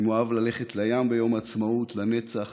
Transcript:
אם הוא אהב ללכת לים ביום העצמאות, לנצח